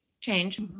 change